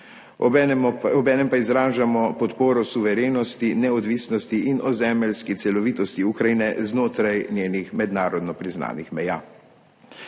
Obenem pa izražamo podporo suverenosti, neodvisnosti in ozemeljski celovitosti Ukrajine znotraj njenih mednarodno priznanih meja.